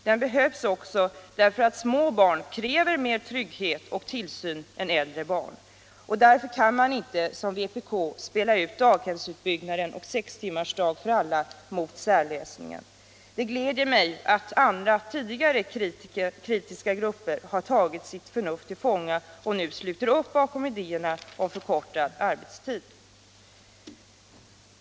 Den behövs också därför att små barn kräver mer av trygghet och tillsyn än äldre barn. Därför kan man inte som vpk gör spela ut daghemsutbyggnad och sextimmarsdag för alla mot särlösningen. Det gläder mig att andra tidigare kritiska grupper har tagit sitt förnuft till fånga och nu sluter upp bakom idéerna om förkortad arbetstid.